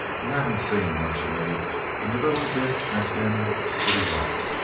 you haven't seen much of me and that little bit has been pretty rough.